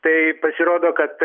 tai pasirodo kad